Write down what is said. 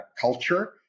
culture